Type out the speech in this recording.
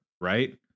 right